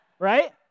right